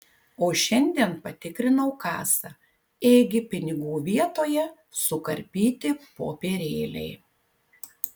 o šiandien patikrinau kasą ėgi pinigų vietoje sukarpyti popierėliai